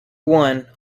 one